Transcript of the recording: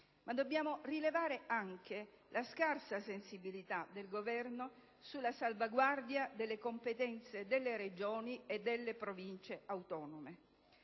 Dobbiamo rilevare anche la scarsa sensibilità del Governo sulla salvaguardia delle competenze delle Regioni e delle Province autonome.